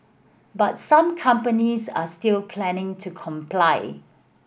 but some companies are still planning to comply